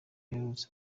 aherutse